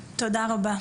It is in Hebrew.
תודה רבה.